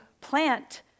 plant